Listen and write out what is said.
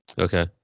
okay